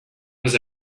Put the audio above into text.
was